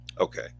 Okay